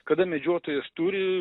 kada medžiotojas turi